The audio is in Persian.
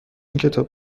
کتاب